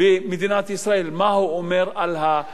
מה הוא אומר על ההתנהגות הזו,